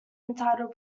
entitled